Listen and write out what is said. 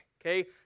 Okay